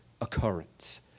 occurrence